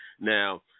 Now